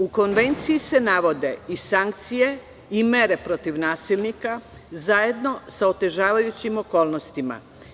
U Konvenciji se navode i sankcije i mere protiv nasilnika zajedno sa otežavajućim okolnostima.